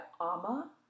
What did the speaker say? ama